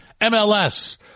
MLS